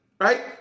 right